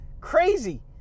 Crazy